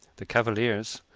the cavaliers,